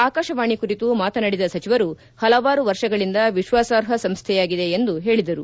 ಆಕಾಶವಾಣಿ ಕುರಿತು ಮಾತನಾಡಿದ ಸಚಿವರು ಹಲವಾರು ವರ್ಷಗಳಿಂದ ವಿಶ್ವಾಸಾರ್ಹ ಸಂಸ್ಥೆಯಾಗಿದೆ ಎಂದು ಹೇಳಿದರು